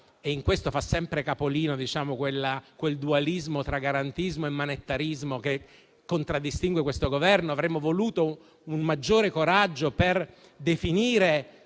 e in questo fa sempre capolino quel dualismo tra garantismo e "manettarismo" che contraddistingue questo Governo - non ha accolto. Avremmo voluto un maggiore coraggio per definire